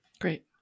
Great